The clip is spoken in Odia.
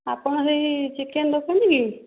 ଆପଣ ହେଇ ଚିକେନ୍ ଦୋକାନୀ କି